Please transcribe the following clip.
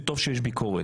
וטוב שיש ביקורת,